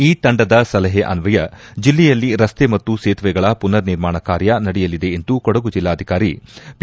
ಈ ತಂಡದ ಸಲಹೆ ಅನ್ವಯ ಜಿಲ್ಲೆಯಲ್ಲಿ ರಸ್ತೆ ಮತ್ತು ಸೇತುವೆಗಳ ಪುನರ್ ನಿರ್ಮಾಣ ಕಾರ್ಯ ನಡೆಯಲಿದೆ ಎಂದು ಕೊಡಗು ಜಿಲ್ಲಾಧಿಕಾರಿ ಪಿ